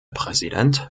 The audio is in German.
präsident